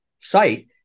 site